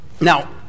Now